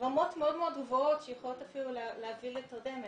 רמות מאוד גבוהות שיכולות אפילו להביא לתרדמת.